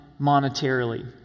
monetarily